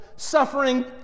suffering